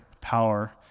power